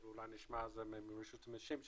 ואולי נשמע על זה מרשות המיסים,